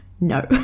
No